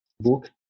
book